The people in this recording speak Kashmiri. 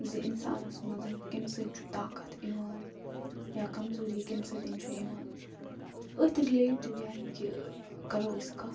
زِ اِنسانَس منٛز کَمہِ سۭتۍ چھُ طاقَت یِوان یا کمزوٗری کَمہِ سۭتۍ چھِ یِوان أتھۍ رٔلیٹِڈ یعنی کہ ٲں کَرو أسۍ کَتھ